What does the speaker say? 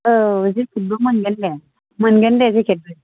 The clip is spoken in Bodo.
औ जेकेतबो मोनगोन दे मोनगोन दे जेकेतबो